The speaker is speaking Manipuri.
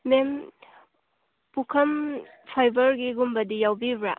ꯃꯦꯝ ꯄꯨꯈꯝ ꯐꯥꯏꯕꯔꯒꯤꯒꯨꯝꯕꯗꯤ ꯌꯥꯎꯕꯤꯕ꯭ꯔꯥ